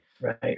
right